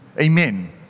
Amen